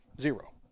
Zero